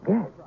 Yes